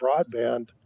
broadband